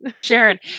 sharon